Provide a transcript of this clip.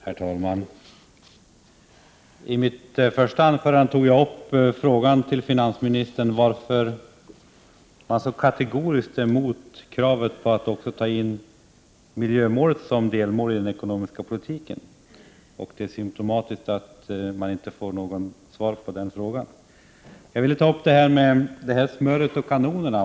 Herr talman! I mitt första anförande ställde jag frågan till finansministern varför han så kategoriskt är emot kravet på att också ta in miljömålet som delmål i den ekonomiska politiken. Det är symptomatiskt att jag inte får något svar på den frågan. Jag vill ta upp frågeställningen om smör och kanoner.